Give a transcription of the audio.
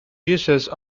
jesus